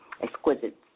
exquisite